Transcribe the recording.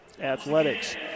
Athletics